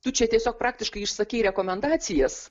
tu čia tiesiog praktiškai išsakei rekomendacijas